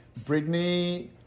britney